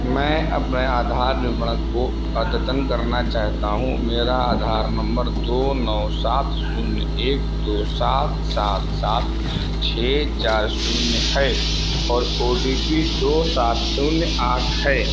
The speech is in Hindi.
मैं अपने आधार विवरण को अद्यतन करना चाहता हूँ मेरा आधार नंबर दो नौ सात शून्य एक दो सात सात सात छः चार शून्य है और ओ टी पी दो सात शून्य आठ है